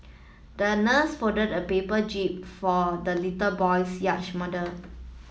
the nurse folded a paper jib for the little boy's yacht model